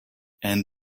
and